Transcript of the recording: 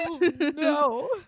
No